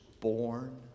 born